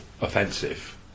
offensive